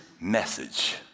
message